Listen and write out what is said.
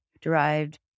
derived